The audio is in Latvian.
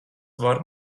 var